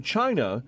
China